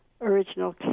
original